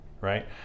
right